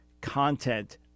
content